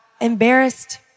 embarrassed